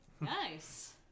Nice